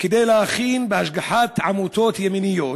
כדי להכין בהשגחת עמותות ימניות.